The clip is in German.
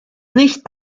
nicht